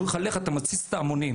אומרים לך שתלך כי אתה מתסיס את ההמונים.